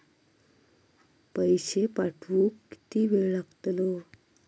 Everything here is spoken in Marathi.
पैशे पाठवुक किती वेळ लागतलो?